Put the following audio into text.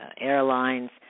airlines